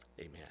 Amen